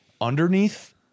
underneath